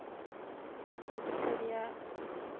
ᱪᱤᱠᱤᱛᱥᱟ ᱨᱮᱭᱟᱜ